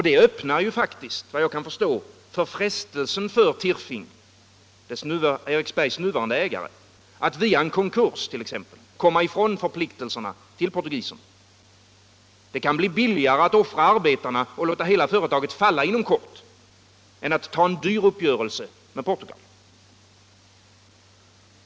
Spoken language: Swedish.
Det öppnar faktiskt, vad jag kan förstå, frestelsen för Tirfing, Eriksbergs nuvarande ägare, att via en konkurs t.ex. komma ifrån förpliktelserna till portu giserna. Det kan bli billigare att offra arbetarna och låta hela företaget falla inom kort, än att ta en dyr uppgörelse med Portugal.